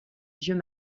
vieux